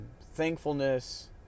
Thankfulness